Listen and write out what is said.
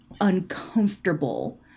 uncomfortable